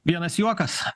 vienas juokas